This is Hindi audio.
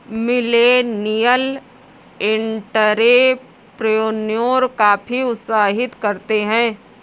मिलेनियल एंटेरप्रेन्योर काफी उत्साहित रहते हैं